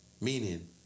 Meaning